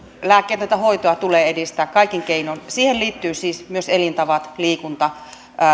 lääkkeetöntä hoitoa tulee edistää kaikin keinoin siihen liittyvät siis myös elintavat liikunta